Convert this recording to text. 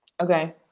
Okay